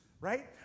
right